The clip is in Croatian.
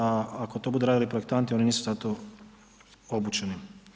Ako to budu radili projektanti, oni nisu za to obučeni.